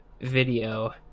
video